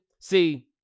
see